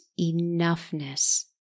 enoughness